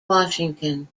washington